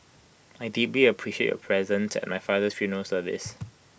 I deeply appreciated your presence at my father's funeral service